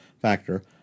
factor